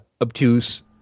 obtuse